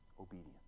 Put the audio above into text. obedience